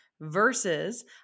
Versus